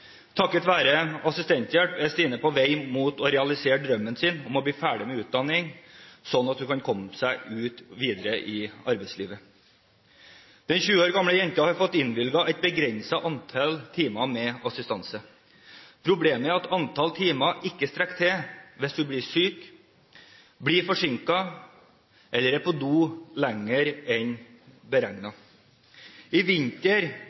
Takket være assistenthjelp er Stine på vei mot å realisere drømmen sin om å bli ferdig med utdanningen, så hun kan komme seg videre ut i arbeidslivet. Den 20 år gamle jenta har fått innvilget et begrenset antall timer med assistanse. Problemet er at antall timer ikke strekker til hvis hun blir syk, blir forsinket eller er på do lenger enn beregnet. I vinter